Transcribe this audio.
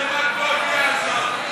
על מה אתם מדברים?